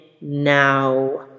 now